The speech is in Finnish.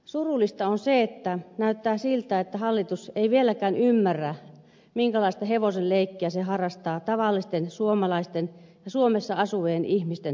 surullista on se että näyttää siltä että hallitus ei vieläkään ymmärrä minkälaista hevosenleikkiä se harrastaa tavallisten suomalaisten ja suomessa asuvien ihmisten kustannuksella